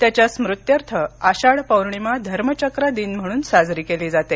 त्याच्या स्मृत्यर्थ आषाढ पौर्णिमा धर्मचक्र दिन म्हणून साजरी केली जाते